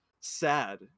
sad